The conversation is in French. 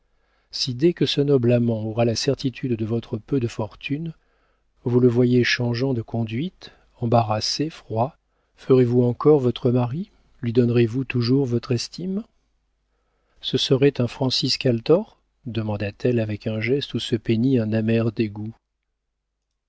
si dès que ce noble amant aura la certitude de votre peu de fortune vous le voyez changeant de conduite embarrassé froid en ferez-vous encore votre mari lui donnerez-vous toujours votre estime ce serait un francisque althor demanda-t-elle avec un geste où se peignit un amer dégoût